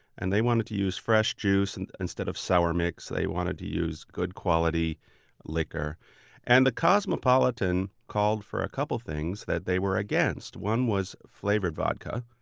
and they wanted to use fresh juice and instead of sour mix. they wanted to use good quality liquor and the cosmopolitan called for a couple things that they were against. one was flavored vodka,